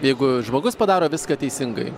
jeigu žmogus padaro viską teisingai